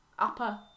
upper